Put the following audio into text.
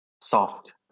soft